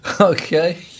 Okay